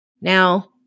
Now